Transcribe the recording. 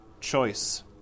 choice